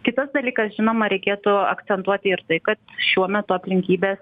kitas dalykas žinoma reikėtų akcentuoti ir tai kad šiuo metu aplinkybės